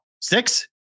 six